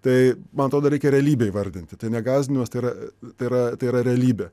tai man atrodo reikia realybę įvardinti tai ne gąsdinimas tai yra tai yra tai yra realybė